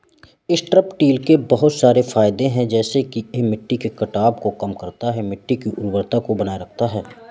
strip till के बहुत सारे फायदे हैं जैसे कि यह मिट्टी के कटाव को कम करता है, मिट्टी की उर्वरता को बनाए रखता है